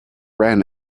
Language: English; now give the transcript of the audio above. ran